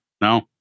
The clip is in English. No